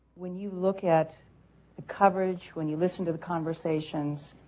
when you look at coverage when you listen to the conversations